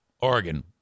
Oregon